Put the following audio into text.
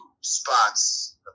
spots